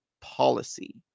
Policy